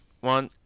one